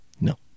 No